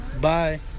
bye